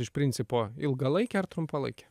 iš principo ilgalaikė ar trumpalaikė